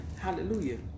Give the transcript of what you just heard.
Hallelujah